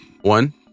One